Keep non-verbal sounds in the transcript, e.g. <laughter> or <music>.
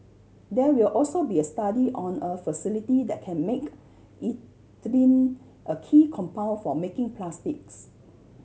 there will also be a study on a facility that can make <unintelligible> ethylene a key compound for making plastics